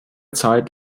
zeit